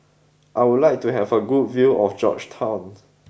I would like to have a good view of Georgetown